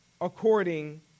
according